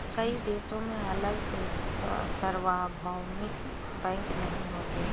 कई देशों में अलग से सार्वभौमिक बैंक नहीं होते